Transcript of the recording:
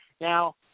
Now